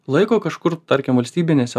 laiko kažkur tarkim valstybinėse